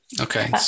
Okay